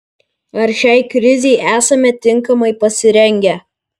ar šiai krizei esame tinkamai pasirengę